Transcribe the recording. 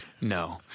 No